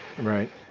Right